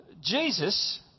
Jesus